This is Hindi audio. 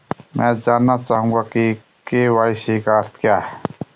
मैं जानना चाहूंगा कि के.वाई.सी का अर्थ क्या है?